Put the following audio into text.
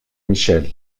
michel